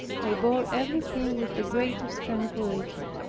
i bore everything with the greatest tranquillity,